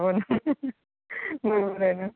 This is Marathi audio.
हो ना बरोबर आहे ना